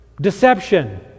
deception